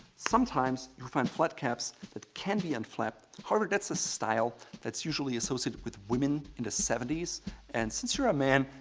sometimes, you'll find flat caps that can be unflapped, however, that's a style that's usually associated with women in the seventy s and since you're a man,